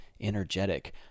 energetic